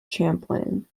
champlain